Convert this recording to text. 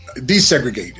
desegregated